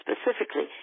specifically